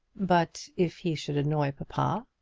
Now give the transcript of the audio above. but if he should annoy papa?